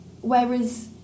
Whereas